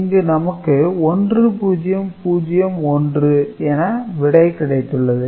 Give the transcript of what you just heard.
இங்கு நமக்கு 1001 என விடை கிடைத்துள்ளது